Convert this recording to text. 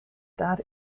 that